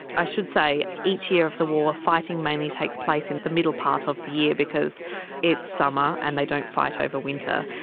i should say, each year of the war, fighting mainly takes place in the middle part of the year because it's summer and they don't fight over winter.